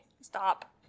Stop